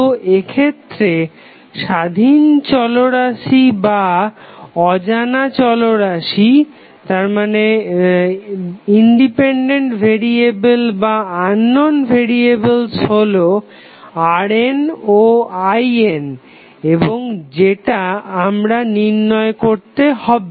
তো এক্ষেত্রে স্বাধীন চলরাশি বা অজানা চলরাশি হলো RN ও IN এবং যেটা আমাদের নির্ণয় করতে হবে